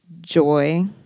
joy